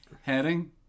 Heading